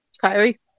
Kyrie